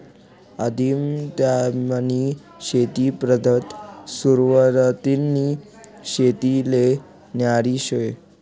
आदिम टायीमनी शेती पद्धत सुरवातनी शेतीले न्यारी शे